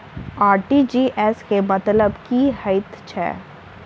RTGS केँ मतलब की हएत छै?